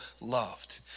loved